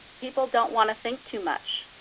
people don't want to think too much.